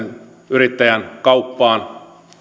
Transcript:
yrittäjän kauppaan